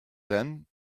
then